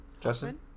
Justin